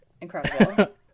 incredible